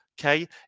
Okay